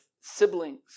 siblings